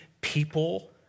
people